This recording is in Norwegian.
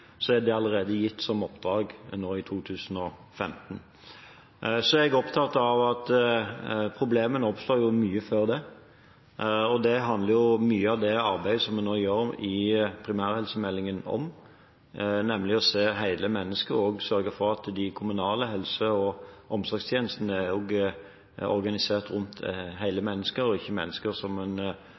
er dette allerede gitt som oppdrag nå i 2015. Jeg er opptatt av at problemene oppstår jo mye før det, og det handler mye av det arbeidet som vi nå gjør i primærhelsemeldingen, om, nemlig å se hele mennesket og sørge for at de kommunale helse- og omsorgstjenestene er organisert rundt hele mennesker – og ikke slik det er organisert i dag, der en